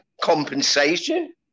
compensation